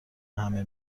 همه